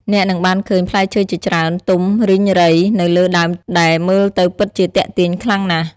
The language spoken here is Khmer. អ្នកនឹងបានឃើញផ្លែឈើជាច្រើនទុំរីងរៃនៅលើដើមដែលមើលទៅពិតជាទាក់ទាញខ្លាំងណាស់។